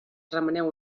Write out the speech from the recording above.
remeneu